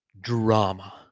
drama